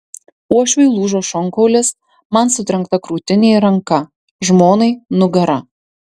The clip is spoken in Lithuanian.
uošviui lūžo šonkaulis man sutrenkta krūtinė ir ranka žmonai nugara